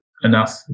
enough